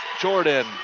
Jordan